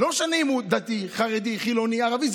לא משנה אם הוא דתי, חרדי, חילוני, ערבי.